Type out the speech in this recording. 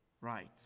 right